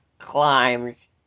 Climbs